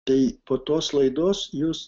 tai po tos laidos jūs